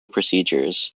procedures